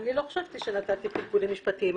אני לא חושבת שנתתי פלפולים משפטיים.